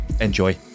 enjoy